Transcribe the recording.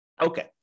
Okay